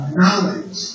knowledge